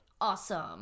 awesome